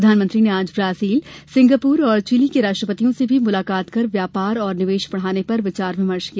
प्रधानमंत्री ने आज ब्राजील सिंगापुर और चिली के राष्ट्रपतियों से भी मुलाकात कर व्यापार और निवेश बढ़ाने पर विचार विमर्श किया